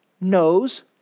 knows